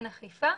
אין אכיפה,